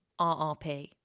RRP